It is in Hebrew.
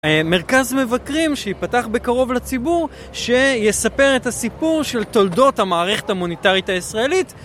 מרכז מבקרים שיפתח בקרוב לציבור שיספר את הסיפור של תולדות המערכת המוניטרית הישראלית